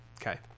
Okay